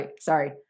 sorry